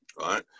right